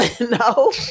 No